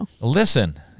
Listen